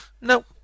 No